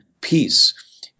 peace